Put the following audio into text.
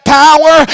power